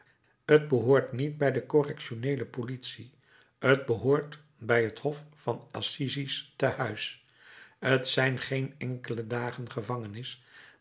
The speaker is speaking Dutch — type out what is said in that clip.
t behoort niet bij de correctioneele politie t behoort bij t hof van assises te huis t zijn geen enkele dagen gevangenis